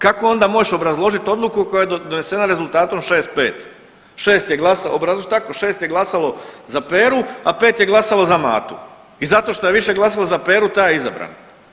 Kako onda možeš obrazložiti odluku koja je donesena rezultatom 6-5, 6 je glasalo, tako 6 je glasalo za Peru, a 5 je glasalo za Matu i zato šta je više glasova za Peru taj je izabran.